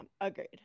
agreed